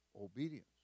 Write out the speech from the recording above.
obedience